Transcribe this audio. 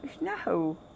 no